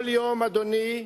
אדוני,